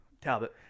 Talbot